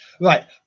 Right